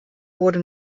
wurde